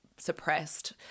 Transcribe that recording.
suppressed